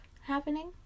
happening